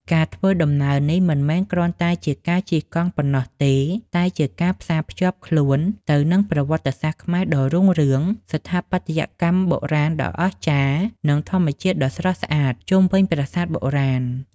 ការធ្វើដំណើរនេះមិនមែនគ្រាន់តែជាការជិះកង់ប៉ុណ្ណោះទេ តែជាការផ្សារភ្ជាប់ខ្លួនទៅនឹងប្រវត្តិសាស្ត្រខ្មែរដ៏រុងរឿង ស្ថាបត្យកម្មបុរាណដ៏អស្ចារ្យ និងធម្មជាតិដ៏ស្រស់ស្អាតជុំវិញប្រាសាទបុរាណ។